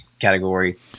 category